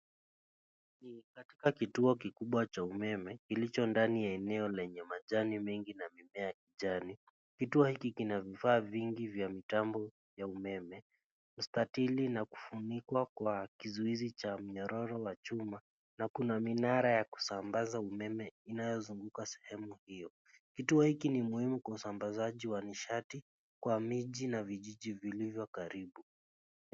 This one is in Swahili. Ni katika kituo kikubwa cha umeme kilicho ndani ya eneo lenye majani mengi na mimea ya kijani. Kituo hiki kina vifaa vingi vya mitambo ya umeme, mstatili na kufunikwa kwa kizuizi cha minyororo ya chuma na kuna minara ya kusambaza umeme inayozunguka sehemu hio. Kituo hiki ni muhimu kwa usambazaji wa nishati kwa miji na vijiji vilivyo karibu.